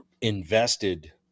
invested